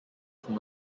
from